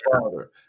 Father